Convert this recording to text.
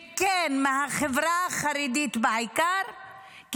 מהחברה החרדית בעיקר,